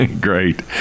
great